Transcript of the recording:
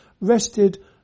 rested